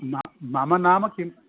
मम नाम किं